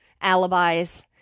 alibis